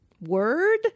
word